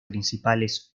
principales